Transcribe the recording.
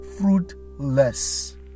fruitless